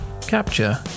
Capture